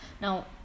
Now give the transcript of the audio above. Now